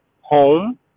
home